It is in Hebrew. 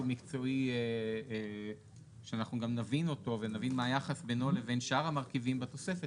מקצועי שאנחנו גם נבין אותו ונבין מה היחס בינו לבין שאר המרכיבים בתוספת,